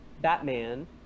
Batman